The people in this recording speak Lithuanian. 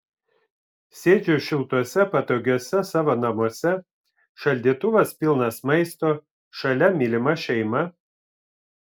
sėdžiu šiltuose patogiuose savo namuose šaldytuvas pilnas maisto šalia mylima šeima